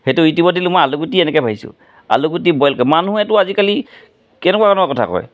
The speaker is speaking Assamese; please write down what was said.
সেইটো ইউটিউবত দিলোঁ মই আলুগুটি এনেকৈ ভাজিছোঁ আলুগুটি বইলকৈ মানুহেতো আজিকালি কেনেকুৱা ধৰণৰ কথা কয়